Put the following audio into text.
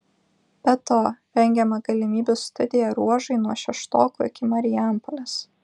be to rengiama galimybių studija ruožui nuo šeštokų iki marijampolės